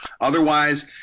Otherwise